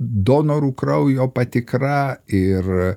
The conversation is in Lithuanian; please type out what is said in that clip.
donorų kraujo patikra ir